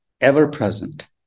ever-present